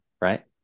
right